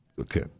Okay